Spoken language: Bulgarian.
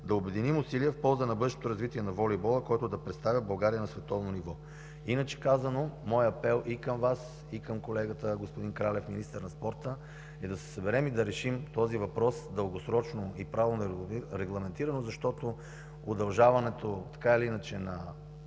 да обединим усилия в полза на бъдещото развитие на волейбола, който да представя България на световно ниво. Иначе казано, моят апел и към Вас, и към колегата господин Кралев, министър на спорта, е да се съберем и решим този въпрос дългосрочно и правно регламентирано, защото удължаването на срока за